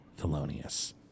Thelonious